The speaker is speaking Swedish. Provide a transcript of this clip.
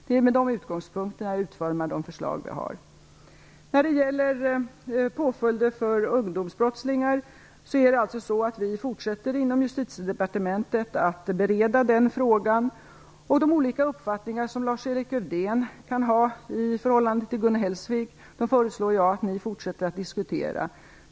Det är med de utgångspunkterna jag utformar de förslag jag har. Vi inom Justitiedepartementet fortsätter att bereda frågan om påföljder för ungdomsbrottslingar. De olika uppfattningar som Lars-Erik Lövdén kan ha i förhållande till Gun Hellsvik föreslår jag att ni fortsätter att diskutera.